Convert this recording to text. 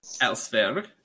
Elsewhere